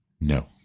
no